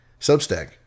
Substack